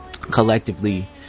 collectively